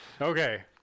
Okay